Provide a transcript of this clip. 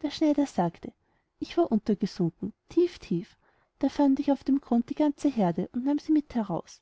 der schneider sagte ich war untergesunken tief tief da fand ich auf dem grund die ganze heerde und nahm sie mit heraus